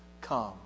come